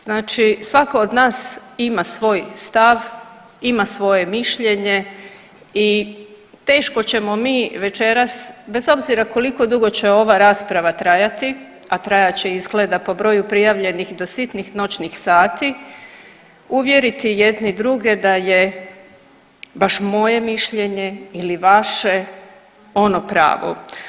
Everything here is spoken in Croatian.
Znači svatko od nas ima svoj stav, ima svoje mišljenje i teško ćemo mi večeras, bez obzira koliko dugo će ova rasprava trajati, a trajat će, izgleda, po broju prijavljenih do sitnih noćnih sati, uvjeriti jedni druge da je baš moje mišljenje ili vaše ono pravo.